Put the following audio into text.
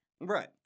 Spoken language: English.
Right